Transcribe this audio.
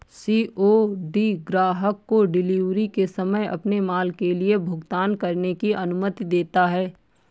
COD ग्राहक को delivery के समय अपने माल के लिए भुगतान करने की अनुमति देता है